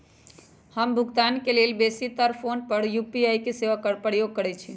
हम भुगतान के लेल बेशी तर् फोन द्वारा यू.पी.आई सेवा के प्रयोग करैछि